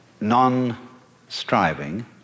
non-striving